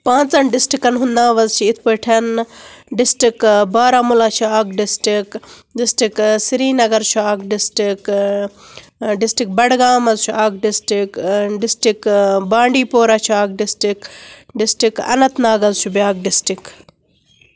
پانژن ڈِسٹرکن ہنٛد ناو حظ چھِ اتھۍ پٲٹھۍ ڈسٹرک بارہمولا چھُ اکھ ڈِسٹرک ڈِسٹرک سرینگر چھُ اکھ ڈِسٹرک إں ڈِسٹرک بڈٕگام حظ چھُ اکھ ڈِسٹرک إن ڈِسٹرک بانڈی پورہ چھُ اکھ ڈِسٹرک ڈِسٹرک اننت ناگ حظ چھُ بیاکھ ڈِسٹرک